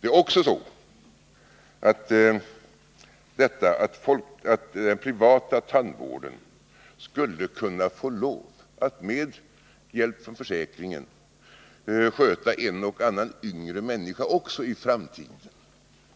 Det är också så att om den privata tandvården får lov att med hjälp från försäkringen sköta också en och annan yngre människa i framtiden,